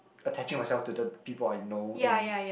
attaching myself to the people I know and